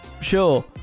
Sure